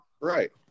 Right